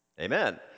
Amen